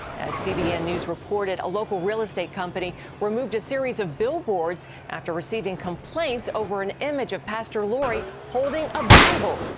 as cbn news reported a local real estate company removed a series of billboards after receiving complaints of an image of pastor laurie holding a bible.